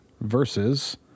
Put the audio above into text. versus